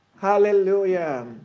Hallelujah